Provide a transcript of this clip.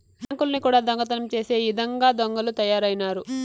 బ్యాంకుల్ని కూడా దొంగతనం చేసే ఇదంగా దొంగలు తయారైనారు